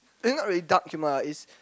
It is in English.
actually not really dark humour lah it's